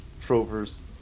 Trover's